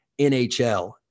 NHL